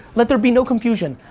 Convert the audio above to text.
let there be no confusion,